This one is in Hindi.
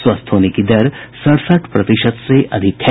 स्वस्थ होने की दर सड़सठ प्रतिशत से अधिक है